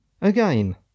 again